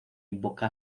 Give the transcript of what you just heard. invoca